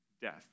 death